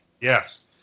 Yes